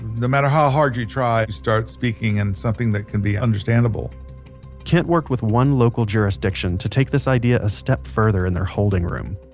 no matter how hard you try, you start speaking in something that can be understandable kent worked with one local jurisdiction to take this idea a step further in their holding room